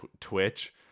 Twitch